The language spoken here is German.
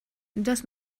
das